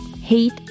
hate